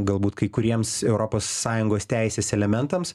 galbūt kai kuriems europos sąjungos teisės elementams